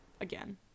again